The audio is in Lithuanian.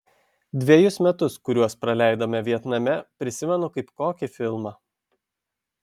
dvejus metus kuriuos praleidome vietname prisimenu kaip kokį filmą